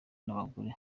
n’abagore